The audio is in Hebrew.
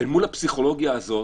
ואל מול הפסיכולוגיה הזאת,